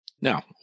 Now